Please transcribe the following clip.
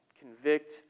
convict